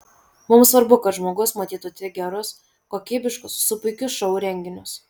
mums svarbu kad žmogus matytų tik gerus kokybiškus su puikiu šou renginius